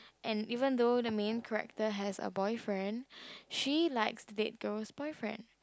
and even though the main character has a boyfriend she likes that girl's boyfriend